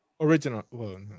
Original